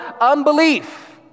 unbelief